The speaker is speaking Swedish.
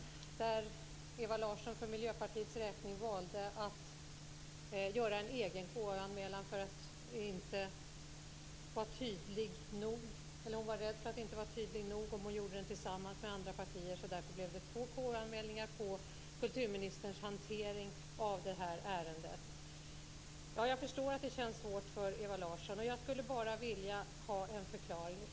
Ewa Larsson valde att för Miljöpartiets räkning göra en egen KU-anmälan. Hon var rädd att hon inte var tydlig nog om hon gjorde den tillsammans med andra partier. Därför blev det två KU-anmälningar av kulturministerns hantering av detta ärende. Jag förstår att det känns svårt för Ewa Larsson, men jag skulle bara vilja ha en förklaring.